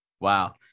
wow